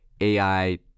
AI